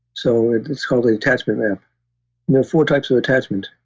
so it's it's called the attachment you know four types of attachment.